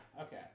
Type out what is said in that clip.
okay